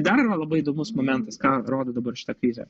dar yra labai įdomus momentas ką rodo dabar šita krizė